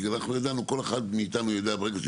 כי אנחנו ידענו כל אחד מאיתנו ברגע שהוא